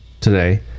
today